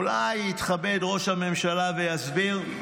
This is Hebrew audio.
אולי יתכבד ראש הממשלה ויסביר.